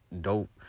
Dope